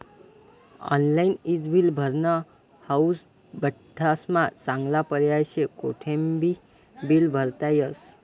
online ईज bill भरनं हाऊ बठ्ठास्मा चांगला पर्याय शे, कोठेबी बील भरता येस